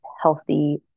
healthy